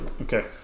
Okay